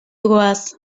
goaz